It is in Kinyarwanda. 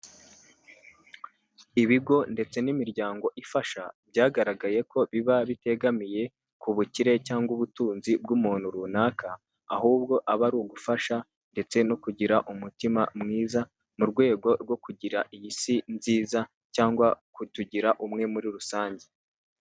Ibigo ndetse n'imiryango ifasha byagaragaye ko biba bitegamiye ku bukire cyangwa ubutunzi bw'umuntu runaka, ahubwo aba ari ugufasha ndetse no kugira umutima mwiza mu rwego rwo kugira iyi si nziza cyangwa kutugira umwe muri rusange.